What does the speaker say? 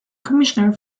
commissioner